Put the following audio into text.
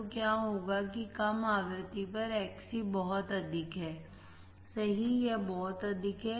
तो क्या होगा कि कम आवृत्ति पर Xcबहुत अधिक है सही यह बहुत अधिक है